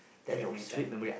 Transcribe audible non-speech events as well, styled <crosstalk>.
family time <breath>